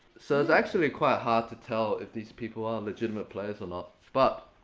so it's actually quite hard to tell if these people are legitimate players or not. but,